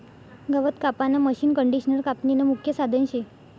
गवत कापानं मशीनकंडिशनर कापनीनं मुख्य साधन शे